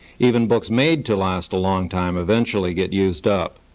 even books made to last a long time eventually get used up.